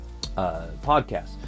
podcasts